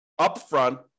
upfront